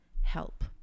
help